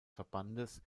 verbandes